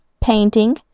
painting